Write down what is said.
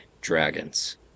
dragons